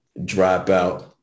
dropout